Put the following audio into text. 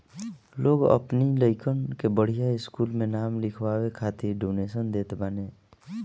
लोग अपनी लइकन के बढ़िया स्कूल में नाम लिखवाए खातिर डोनेशन देत बाने